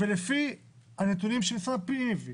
לפי הנתונים שהביא משרד הפנים,